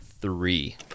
three